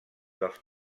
dels